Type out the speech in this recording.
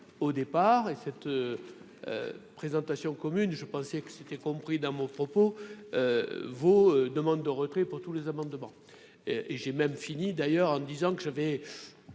au départ et cette présentation commune, je pensais que c'était compris dans mon propos vos demandes de retrait pour tous les amendements et j'ai même fini d'ailleurs en disant que j'avais,